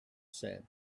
said